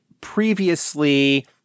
previously